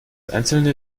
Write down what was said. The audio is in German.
einzelne